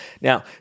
Now